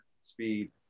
speed